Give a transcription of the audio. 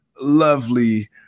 lovely